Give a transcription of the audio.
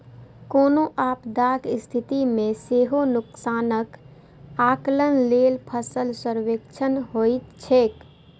कोनो आपदाक स्थिति मे सेहो नुकसानक आकलन लेल फसल सर्वेक्षण होइत छैक